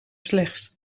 slechts